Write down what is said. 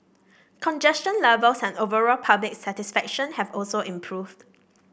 congestion levels and overall public satisfaction have also improved